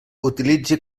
utilitzi